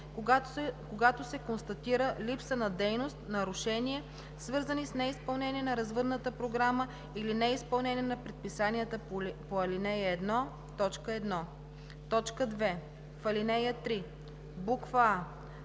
когато се констатира липса на дейност, нарушения, свързани с неизпълнение на развъдната програма или неизпълнение на предписанията по ал. 1, т. 1.“ 2. В ал. 3: а)